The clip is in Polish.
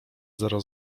zero